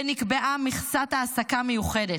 ונקבעה מכסת העסקה מיוחדת.